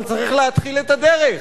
אבל צריך להתחיל את הדרך,